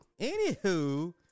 Anywho